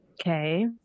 okay